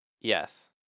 Yes